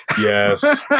Yes